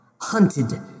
Hunted